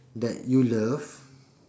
that you love